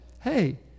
hey